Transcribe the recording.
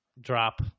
drop